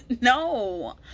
No